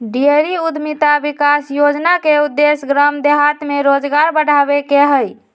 dairy उद्यमिता विकास योजना के उद्देश्य गाम देहात में रोजगार बढ़ाबे के हइ